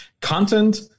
Content